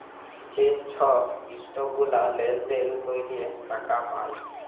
যে ছব ইসটক গুলা লেলদেল ক্যরে টাকা পায়